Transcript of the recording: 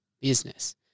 business